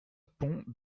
pont